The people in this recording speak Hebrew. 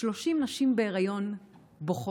30 נשים בהיריון בוכות.